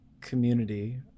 community